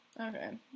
Okay